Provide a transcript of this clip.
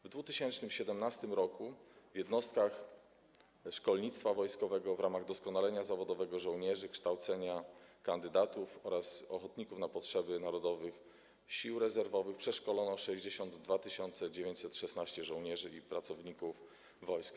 W 2017 r. w jednostkach szkolnictwa wojskowego w ramach doskonalenia zawodowego żołnierzy, kształcenia kandydatów oraz ochotników na potrzeby Narodowych Sił Rezerwowych przeszkolono 62 916 żołnierzy i pracowników wojska.